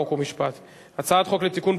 חוק ומשפט נתקבלה.